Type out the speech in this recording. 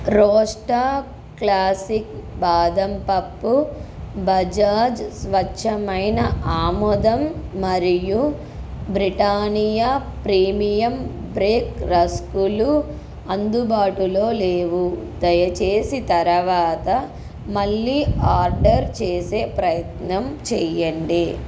రోస్టా classic బాదం పప్పు బజాజ్ స్వచ్ఛమైన ఆముదం మరియు బ్రిటానియా ప్రీమియం బేక్ రస్కులు అందుబాటులో లేవు దయచేసి తరువాత మళ్ళీ ఆర్డర్ చేసే ప్రయత్నం చేయండి